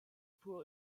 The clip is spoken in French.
pour